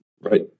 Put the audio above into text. Right